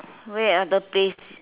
where other place